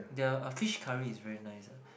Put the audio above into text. their a fish curry is very nice ah